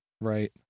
Right